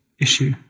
issue